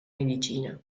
medicina